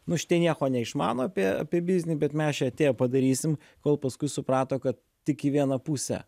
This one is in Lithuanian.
nu šitie nieko neišmano apie apie biznį bet mes čia atėję padarysim kol paskui suprato kad tik į vieną pusę